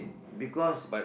because